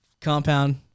compound